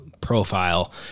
profile